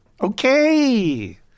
Okay